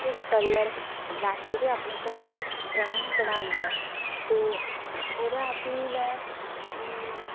होर किश कल्लर बी लैते दे ऐ ते अपने घरै दी ड्राइंग बनेई ऐ ते ओह्दे फ्ही में